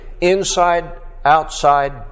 inside-outside